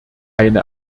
eine